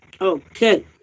okay